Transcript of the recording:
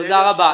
תודה רבה.